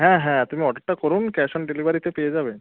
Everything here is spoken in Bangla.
হ্যাঁ হ্যাঁ তুমি অর্ডারটা করুন ক্যাশ অন ডেলিভারিতে পেয়ে যাবেন